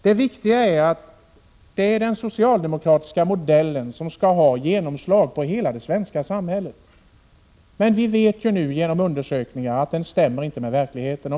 Det viktiga är att det är den socialdemokratiska modellen som skall ha genomslag i hela det svenska samhället. Men vi vet ju nu genom undersökningar att den inte stämmer med verkligheten.